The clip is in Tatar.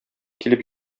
килеп